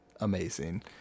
amazing